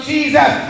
Jesus